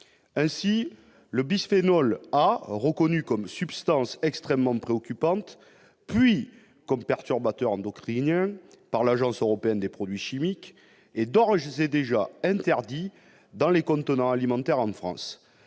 Ainsi, le bisphénol A, reconnu comme « substance extrêmement préoccupante », puis comme perturbateur endocrinien par l'Agence européenne des produits chimiques, est d'ores et déjà interdit dans les contenants alimentaires en France.